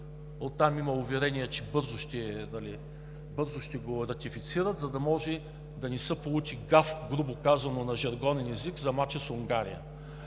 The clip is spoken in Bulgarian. от там имаме уверение, че бързо ще го ратифицират, за да може да не се получи гаф, грубо казано на жаргонен език, за мача с Унгария